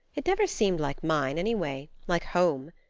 it never seemed like mine, anyway like home.